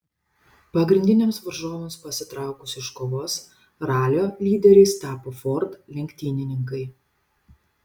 pagrindiniams varžovams pasitraukus iš kovos ralio lyderiais tapo ford lenktynininkai